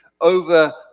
over